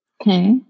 okay